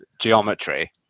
geometry